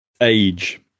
age